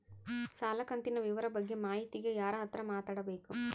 ಸಾಲ ಕಂತಿನ ವಿವರ ಬಗ್ಗೆ ಮಾಹಿತಿಗೆ ಯಾರ ಹತ್ರ ಮಾತಾಡಬೇಕು?